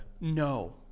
No